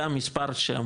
המספר,